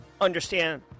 understand